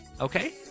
Okay